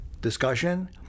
discussion